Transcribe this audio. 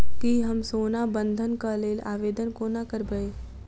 की हम सोना बंधन कऽ लेल आवेदन कोना करबै?